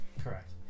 Correct